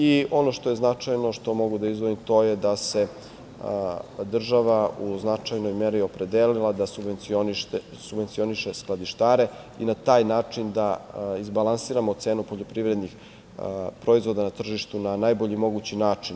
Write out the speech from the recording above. I ono što je značajno, što mogu da izdvojim, to je da se država u značajnoj meri opredelila da subvencioniše skladištare i na taj način da izbalansiramo cenu poljoprivrednih proizvoda na tržištu na najbolji mogući način.